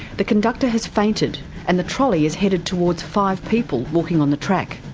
the conductor has fainted and the trolley is headed toward five people walking on the track.